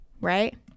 Right